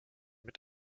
mit